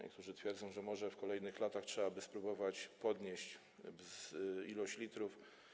Niektórzy twierdzą, że może w kolejnych latach trzeba by spróbować podnieść ilość litrów.